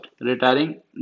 retiring